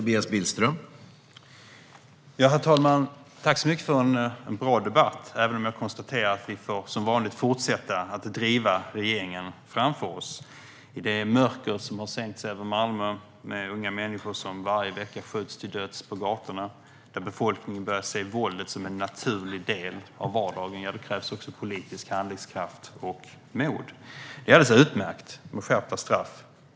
Herr talman! Jag vill tacka för en bra debatt, även om jag konstaterar att vi som vanligt får fortsätta att driva regeringen framför oss. Med det mörker som har sänkt sig över Malmö, där unga människor skjuts till döds på gatorna varje vecka och befolkningen börjar se våldet som en naturlig del av vardagen krävs det politisk handlingskraft och mod. Det är alldeles utmärkt med skärpta straff.